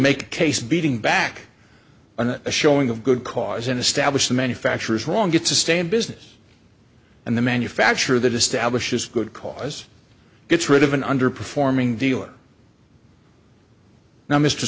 make a case beating back on a showing of good cause and establish the manufacturers wrong gets to stay in business and the manufacturer that establishes good cause gets rid of an underperforming dealer now mr